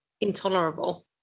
intolerable